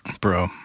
Bro